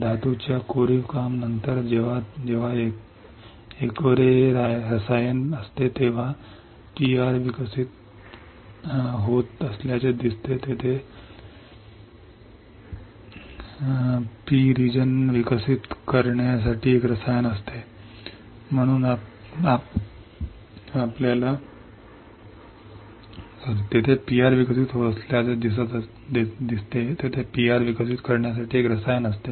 धातूच्या उत्कीर्णनानंतर जेव्हा जेव्हा एखादे रसायन असते तेव्हा तेथे PR विकसित होत असल्याचे दिसते तेथे PR विकसित करण्यासाठी एक रसायन असते